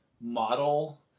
model